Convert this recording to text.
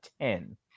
ten